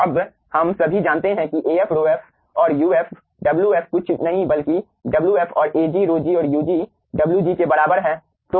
अब हम सभी जानते हैं कि Af ρf और uf wf कुछ नहीं बल्कि wf और Ag ρg और ug wgके बराबर है